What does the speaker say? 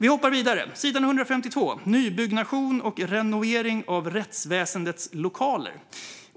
Vi hoppar vidare till sidan 152, där nybyggnation och renovering av rättsväsendets lokaler tas upp.